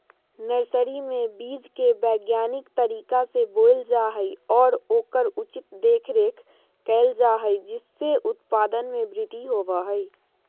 nursery में बीज के वैज्ञानिक तरीका से बोयल जा हई और ओकर उचित देखरेख कइल जा हई जिससे उत्पादन में वृद्धि होबा हई